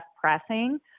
pressing